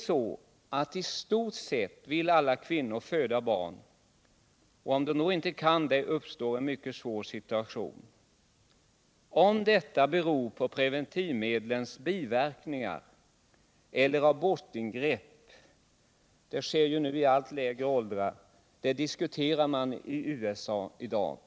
I stort sett vill alla kvinnor föda barn. Om de då inte kan det, uppträder en mycket svår situation. Om detta beror på preventivmedlens biverkningar eller på abortingrepp — sådana sker ju nu i allt lägre ålder — diskuterar man i USA i dag.